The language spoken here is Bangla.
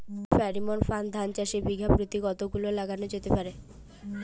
ফ্রেরোমন ফাঁদ ধান চাষে বিঘা পতি কতগুলো লাগানো যেতে পারে?